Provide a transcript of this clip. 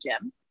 gym